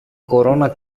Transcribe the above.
κορώνα